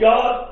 God